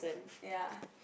ya